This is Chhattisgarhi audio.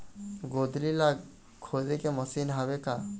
गोंदली ला खोदे के मशीन हावे का?